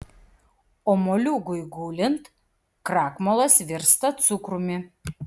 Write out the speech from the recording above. o moliūgui gulint krakmolas virsta cukrumi